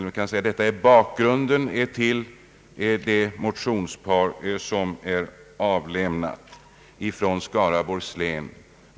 Jag har nämnt bakgrunden till det motionspar som väckts av representanter för Skaraborgs län.